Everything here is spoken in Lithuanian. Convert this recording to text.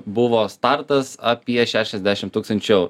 buvo startas apie šešiasdešim tūkstančių eurų